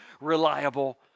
reliable